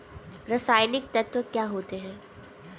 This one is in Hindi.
रसायनिक तत्व क्या होते हैं?